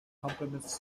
complements